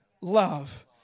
love